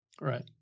Right